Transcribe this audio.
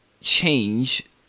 change